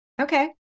Okay